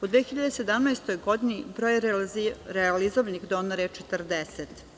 U 2017. godini broj realizovanih donora je 40.